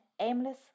aimless